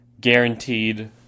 guaranteed